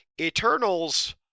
Eternals